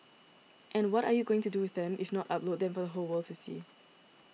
and what are you going to do with them if not upload them for the whole world to see